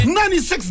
96